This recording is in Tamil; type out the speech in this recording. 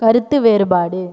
கருத்து வேறுபாடு